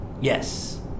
Yes